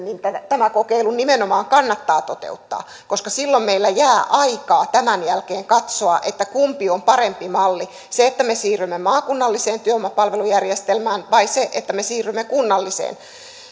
niin tämä kokeilu nimenomaan kannattaa toteuttaa koska silloin meillä jää aikaa tämän jälkeen katsoa kumpi on parempi malli se että me siirrymme maakunnalliseen työvoimapalvelujärjestelmään vai se että me siirrymme kunnalliseen